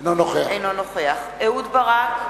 אינו נוכח אהוד ברק,